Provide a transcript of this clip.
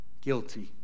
guilty